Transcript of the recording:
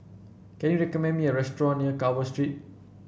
can you recommend me a restaurant near Carver Street